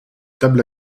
table